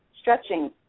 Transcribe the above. stretching